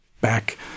back